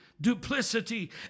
duplicity